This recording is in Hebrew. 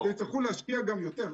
יצטרכו להשקיע גם יותר.